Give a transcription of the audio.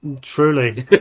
Truly